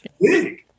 big